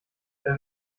dann